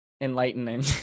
Enlightening